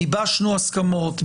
גיבשנו הסכמות,